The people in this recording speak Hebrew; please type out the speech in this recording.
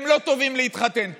הם לא טובים להתחתן פה.